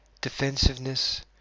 Defensiveness